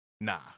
Nah